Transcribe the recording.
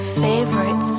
favorite